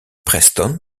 preston